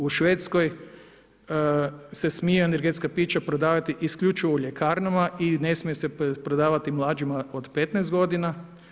U Švedskoj se smiju energetska pića prodavati isključivo u ljekarnama i ne smije se prodavati mlađima od 15 godina.